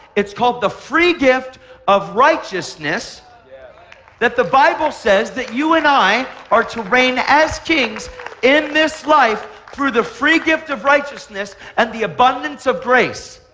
it's called the free gift of righteousness that the bible says that you and i are to reign as kings in this life for the free gift of righteousness and the abundance of grace.